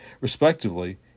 respectively